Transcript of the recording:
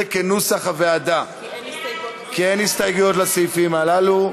14 כנוסח הוועדה, כי אין הסתייגויות לסעיפים הללו.